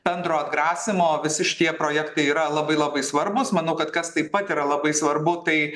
bendro atgrasymo visi šitie projektai yra labai labai svarbūs manau kad kas taip pat yra labai svarbu tai